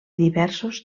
diversos